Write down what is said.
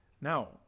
Now